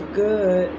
good